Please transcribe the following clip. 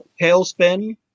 tailspin